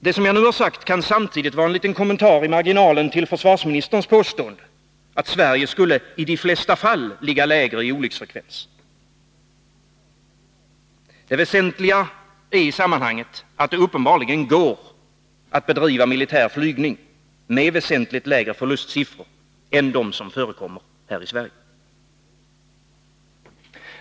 Det som jag nu har sagt kan samtidigt vara en kommentar i marginalen till försvarsministerns påstående att Sverige ”i de flesta fall” skulle ligga lägre i olycksfrekvens. Det väsentliga i sammanhanget är att det uppenbarligen går att bedriva militär flygning med väsentligt lägre förlustsiffror än dem som förekommer här i Sverige.